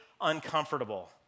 uncomfortable